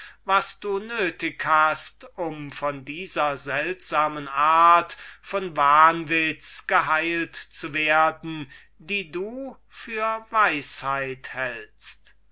was du nötig hast um von dieser seltsamen art von wahnwitz geheilt zu werden die du für weisheit hältst